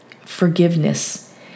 forgiveness